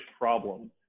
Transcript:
problem